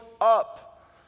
up